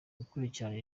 gukurikirana